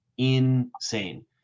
Insane